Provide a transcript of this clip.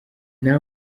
nta